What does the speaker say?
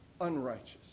unrighteous